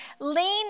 lean